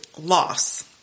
loss